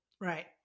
Right